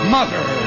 Mother